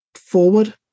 forward